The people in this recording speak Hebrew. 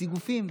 מסיגופים,